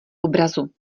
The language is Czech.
obrazu